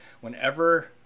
whenever